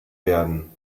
werden